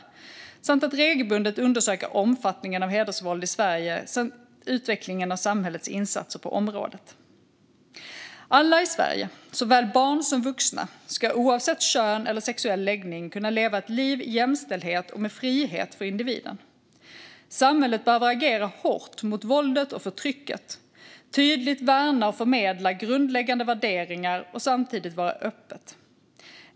Dessutom ska man regelbundet undersöka omfattningen av hedersvåld i Sverige och utvecklingen av samhällets insatser på området. Alla i Sverige, såväl barn som vuxna, ska oavsett kön eller sexuell läggning kunna leva ett liv i jämställdhet och med frihet för individen. Samhället behöver agera hårt mot våldet och förtrycket, tydligt värna och förmedla grundläggande värderingar och samtidigt vara öppet.